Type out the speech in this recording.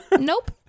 nope